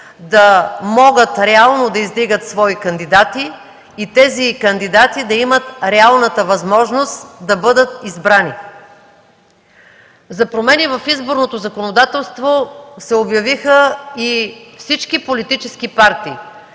да могат реално да издигат свои кандидати и тези кандидати да имат реалната възможност да бъдат избрани. За промени в изборното законодателство се обявиха и всички политически партии,